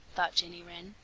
thought jenny wren.